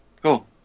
Cool